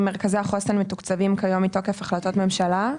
מרכזי החוסן מתוקצבים כיום מתוקף החלטת ממשלה.